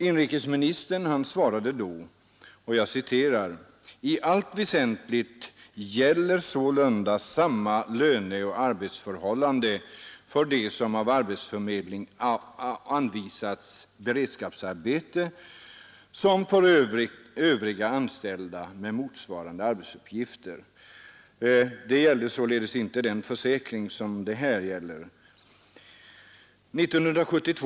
Inrikesministern svarade då ”I allt väsentligt gäller sålunda samma löneoch arbetsförhållanden för dem som av arbetsförmedling anvisats beredskapsarbete som för övriga anställda med motsvarande arbetsuppgifter.” — Frågan gällde då således inte den försäkring som vi nu talar om. försäkring.